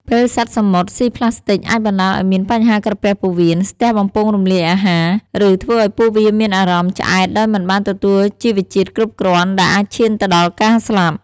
ពេលសត្វសមុទ្រសុីប្លាស្ទិកអាចបណ្តាលឱ្យមានបញ្ហាក្រពះពោះវៀន ស្ទះបំពង់រំលាយអាហារ ឬធ្វើឱ្យពួកវាមានអារម្មណ៍ឆ្អែតដោយមិនបានទទួលជីវជាតិគ្រប់គ្រាន់ ដែលអាចឈានទៅដល់ការស្លាប់។